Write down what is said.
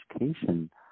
education